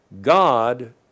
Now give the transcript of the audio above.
God